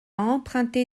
emprunté